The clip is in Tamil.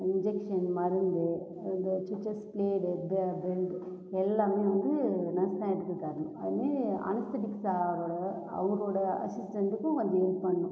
இன்ஜெக்ஷன் மருந்து இந்த ஸ்டிட்ச்சஸ் ப்ளேடு எல்லாமே வந்து நர்ஸ் தான் எடுத்து தரணும் அதுமாரி அனஸ்தட்டிக்ஸ் சாரோட அவரோடய அசிஸ்டெண்ட்டுக்கும் கொஞ்சம் ஹெல்ப் பண்ணும்